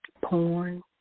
porn